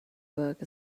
work